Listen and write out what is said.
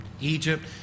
Egypt